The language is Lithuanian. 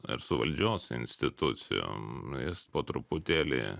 ar su valdžios institucijom nu jis po truputėlį